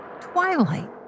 Twilight